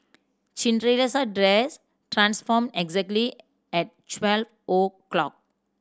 Cinderella's dress transformed exactly at twelve o'clock